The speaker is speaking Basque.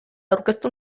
aurkeztu